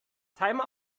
timer